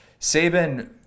Saban